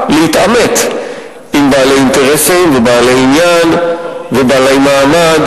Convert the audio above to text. להתעמת עם בעלי אינטרסים ובעלי עניין ובעלי מעמד,